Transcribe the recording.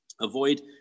Avoid